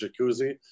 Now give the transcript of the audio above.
jacuzzi